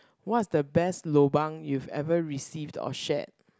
what's the best lobang you've ever received or shared